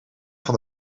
van